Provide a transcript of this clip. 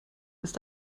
ist